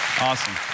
Awesome